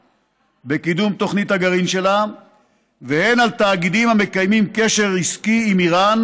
בקידום תוכנית הגרעין שלה והן על תאגידים המקיימים קשר עסקי עם איראן,